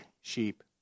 sheep